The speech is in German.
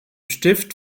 stift